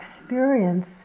experience